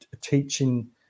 teaching